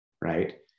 Right